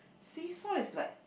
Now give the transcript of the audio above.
seesaw is like